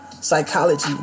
psychology